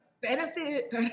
benefit